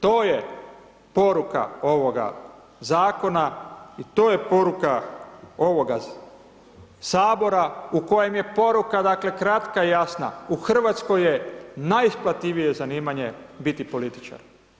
To je poruka ovoga Zakona i to je poruka ovoga Sabora u kojem je poruka dakle, kratka i jasna, u Hrvatskoj je najisplativije zanimanje biti političar.